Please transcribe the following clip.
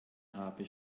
habe